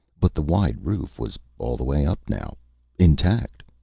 but the wide roof was all the way up, now intact.